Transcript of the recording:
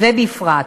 ובפרט,